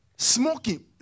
Smoking